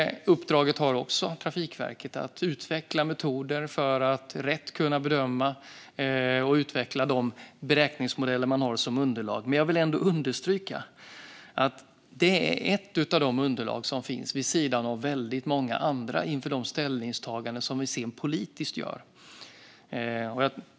Trafikverket har också i uppdrag att utveckla metoder för att rätt kunna bedöma och utveckla de beräkningsmodeller man har som underlag. Men jag vill ändå understryka att detta är ett av de många underlag som finns, vid sidan av väldigt många andra, inför de ställningstaganden som vi sedan gör politiskt.